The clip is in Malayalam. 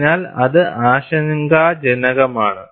അതിനാൽ അത് ആശങ്കാജനകമാണ്